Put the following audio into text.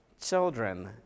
Children